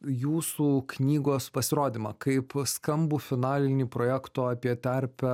jūsų knygos pasirodymą kaip skambų finalinį projekto apie tarpę